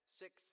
six